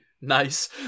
nice